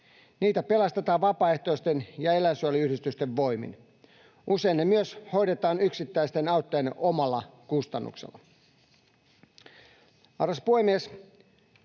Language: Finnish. Niitä pelastetaan vapaaehtoisten ja eläinsuojeluyhdistysten voimin. Usein ne myös hoidetaan yksittäisten auttajien omalla kustannuksella. Arvoisa puhemies!